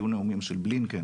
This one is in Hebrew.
היו נאומים של בלינקן